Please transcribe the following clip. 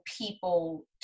people